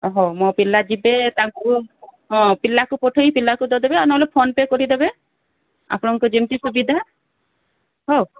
ହଉ ମୋ ପିଲା ଯିବେ ତାଙ୍କୁ ହଁ ପିଲାକୁ ପଠେଇ ପିଲାକୁ ଦଦେବେ ଆଉ ନହେଲେ ଫୋନ ପେ କରିଦେବେ ଆପଣଙ୍କୁ ଯେମିତି ସୁବିଧା ହଉ